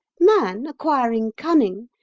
man, acquiring cunning,